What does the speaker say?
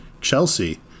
Chelsea